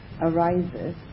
arises